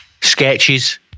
sketches